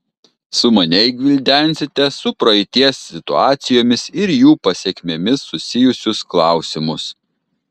sumaniai gvildensite su praeities situacijomis ir jų pasekmėmis susijusius klausimus